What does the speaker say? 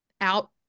out